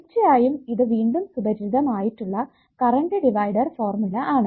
തീർച്ചയായും ഇത് വീണ്ടും സുപരിചിതം ആയിട്ടുള്ള കറണ്ട് ഡിവൈഡർ ഫോർമുല ആണ്